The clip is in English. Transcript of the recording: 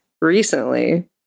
recently